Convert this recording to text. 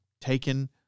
taken